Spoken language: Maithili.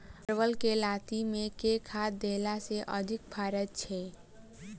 परवल केँ लाती मे केँ खाद्य देला सँ अधिक फरैत छै?